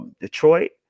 Detroit